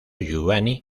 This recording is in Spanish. giovanni